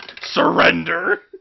Surrender